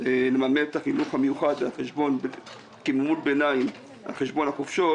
לממן את החינוך המיוחד על כמימון ביניים על חשבון החופשות,